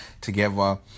together